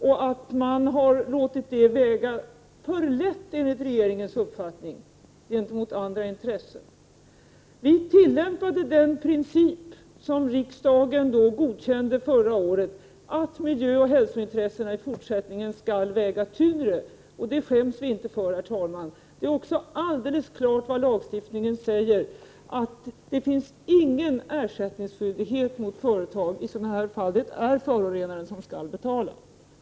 Enligt regeringens uppfattning har man låtit det väga för lätt gentemot andra intressen. Vi tillämpade den princip som riksdagen godkände förra året, nämligen att miljöoch hälsointressena i fortsättningen skall väga tyngre. Och det skäms vi inte för, herr talman. Det är också alldeles klart vad lagstiftningen säger, nämligen att det inte finns någon ersättningsskyldighet mot företag i sådana här fall. Det är förorenaren som skall betala.